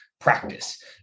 practice